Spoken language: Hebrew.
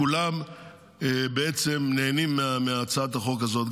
כולם בעצם נהנים מהצעת החוק הזאת.